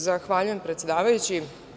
Zahvaljujem predsedavajući.